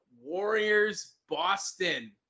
Warriors-Boston